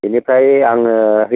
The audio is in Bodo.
बेनिफ्राय आङो